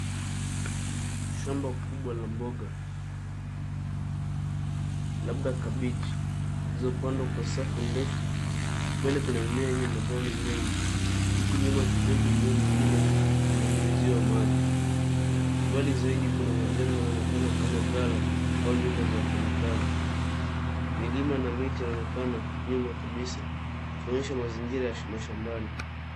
Shamba kubwa la mboga labda kabichi zilizopandwa kwa safu ndefu, mbele kuna mimea yenye majani mengi, huku nyuma kidogo mimea mingine inanyunyiziwa maji, mbali zaidi kuna majengo yanaonekana kama ghala au nyumba za wafanyikazi.